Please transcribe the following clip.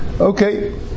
Okay